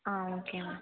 ah okay ma'am